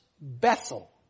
Bethel